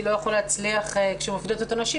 לא יכול להצליח כשמובילות אותו נשים,